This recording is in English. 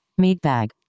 Meatbag